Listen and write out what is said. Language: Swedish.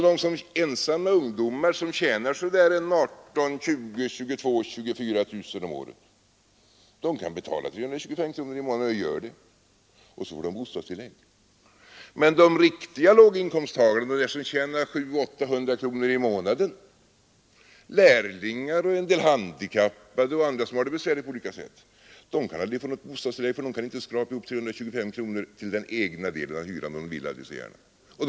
De ensamma ungdomar som tjänar så där 18 000, 20 000, 22 000 eller 24 000 kronor om året kan betala 325 kronor i månaden, och det gör de. Och så får de bostadstillägg. Men de riktiga låginkomsttagarna — de som tjänar bara 700-800 kronor i månaden, såsom lärlingar, handikappade och andra som har det besvärligt på olika sätt — kan aldrig få något bostadstillägg, eftersom de inte kan skrapa ihop 325 kronor i månaden till den egna delen av hyran, även om de vill det aldrig så gärna.